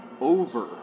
over